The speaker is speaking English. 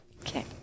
Okay